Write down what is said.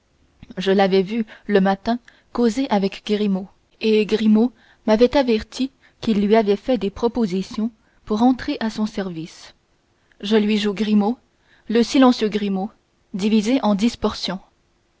je l'avais vu le matin causer avec grimaud et grimaud m'avait averti qu'il lui avait fait des propositions pour entrer à son service je lui joue grimaud le silencieux grimaud divisé en